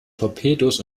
torpedos